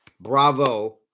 Bravo